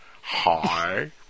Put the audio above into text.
Hi